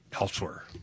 elsewhere